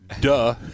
Duh